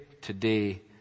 today